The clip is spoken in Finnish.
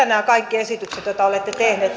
nämä kaikki esitykset joita olette tehneet